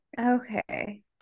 okay